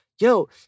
yo